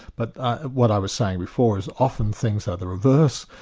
but what i was saying before is often things are the reverse,